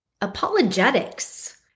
apologetics